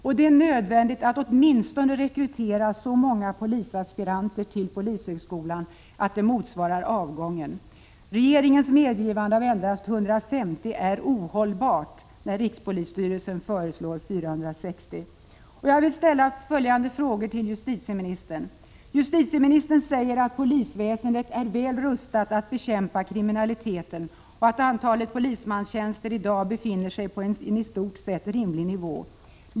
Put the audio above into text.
Det är därför nödvändigt att åtminstone rekrytera så många polisaspiranter till polishögskolan som motsvarar avgången ur kåren. Regeringens medgivande av endast 150 är ohållbart när rikspolisstyrelsen föreslår 460. Jag vill ställa följande frågor till justitieministern: Justitieministern säger att polisväsendet är väl rustat att bekämpa kriminaliteten och att antalet polismanstjänster i dag befinner sig på en i stort sett rimlig nivå.